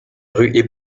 rue